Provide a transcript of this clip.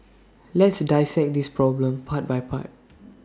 let's dissect this problem part by part